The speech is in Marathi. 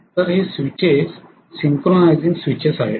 तर हे स्विचेसं सिंक्रोनाइझींग स्विचेसं आहेत